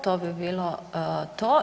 To bi bilo to.